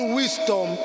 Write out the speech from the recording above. wisdom